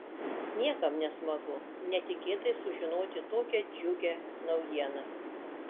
niekam nesmagu netikėtai sužinoti tokią džiugią naujieną